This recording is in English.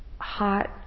hot